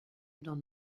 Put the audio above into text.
dans